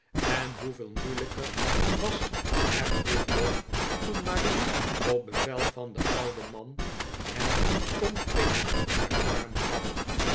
en hoeveel moeilijker was hem dit nog toen marie op bevel van den ouden man hem tom pinch haar arm gaf